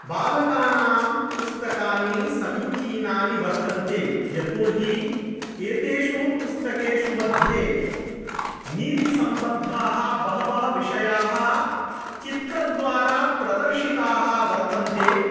बालकानां पुस्तकानि समीचीनानि वर्तन्ते यतो हि एतेषु पुस्तकेषु मध्ये नीतिसम्बद्धाः बहवः विषयाः चित्रद्वारा प्रदर्शिताः वर्तन्ते